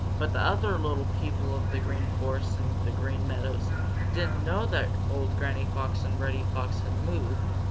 but the other little people of the green forest and the green meadows didn't know that old granny fox and reddy fox had moved,